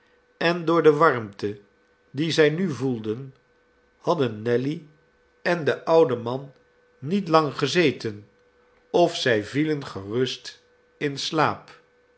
en door de warmte die zij nu voelden hadden nelly en de oude man niet lang gezeten of zij vielen gerust in slaap